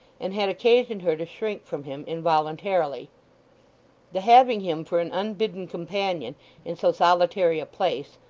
and had occasioned her to shrink from him involuntarily. the having him for an unbidden companion in so solitary a place,